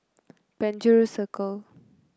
Penjuru Circle